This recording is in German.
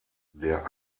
der